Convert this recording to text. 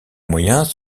moyens